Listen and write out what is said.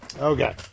Okay